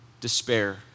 despair